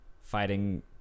Fighting